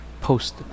post